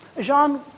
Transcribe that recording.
Jean-